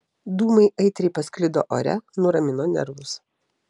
dūmai aitriai pasklido ore nuramino nervus